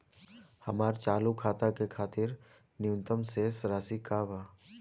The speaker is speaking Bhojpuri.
हमार चालू खाता के खातिर न्यूनतम शेष राशि का बा?